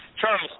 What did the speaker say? Charles